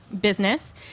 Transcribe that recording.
business